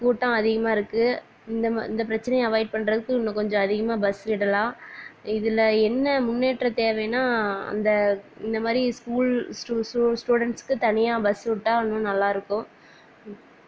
கூட்டம் அதிகமாக இருக்குது இந்த ம இந்த பிரச்சினைய அவாய்ட் பண்ணுறதுக்கு இன்னும் கொஞ்சம் அதிகமாக பஸ் விடலாம் இதில் என்ன முன்னேற்ற தேவைன்னால் அந்த இந்த மாதிரி ஸ்கூல் ஸ்டு ஸ்டூடன்ஸ்க்கு தனியாக பஸ்ஸு விட்டா இன்னும் நல்லா இருக்கும் ம்